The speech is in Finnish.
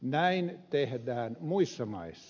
näin tehdään muissa maissa